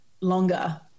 longer